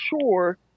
sure